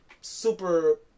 super